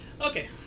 Okay